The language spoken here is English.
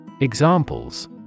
Examples